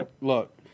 look